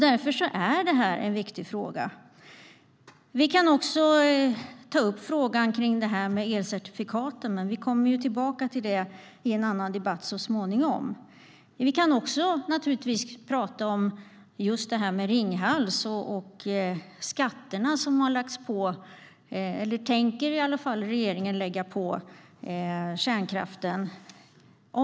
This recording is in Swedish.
Därför är det en viktig fråga. Vi kan givetvis också tala om Ringhals och skatterna som regeringen tänker lägga på kärnkraften.